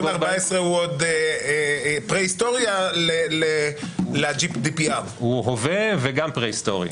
תיקון 14 הוא עוד פרהיסטוריה ל- GDPR. הוא הווה וגם פרהיסטורי,